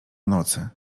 nocy